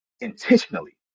intentionally